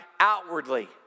Outwardly